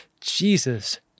Jesus